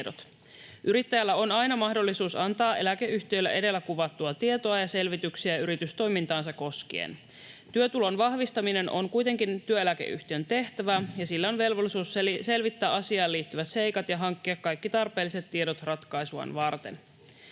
Yrittäjällä on aina mahdollisuus antaa eläkeyhtiölle edellä kuvattua tietoa ja selvityksiä yritystoimintaansa koskien. Työtulon vahvistaminen on kuitenkin työeläkeyhtiön tehtävä, ja sillä on velvollisuus selvittää asiaan liittyvät seikat ja hankkia kaikki tarpeelliset tiedot ratkaisuaan varten.